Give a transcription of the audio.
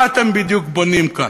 מה אתם בדיוק בונים כאן?